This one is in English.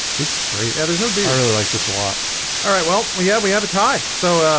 this is great yeah, there's no d i really like this a lot alright. well. well. yeah, we have a tie so ah